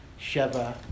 Sheva